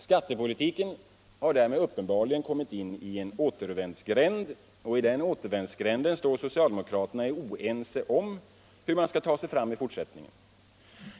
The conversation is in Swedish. Skattepolitiken har därmed kommit in i en återvändsgränd och i den återvändsgränden står socialdemokraterna och är oense om hur de skall ta sig fram i fortsättningen.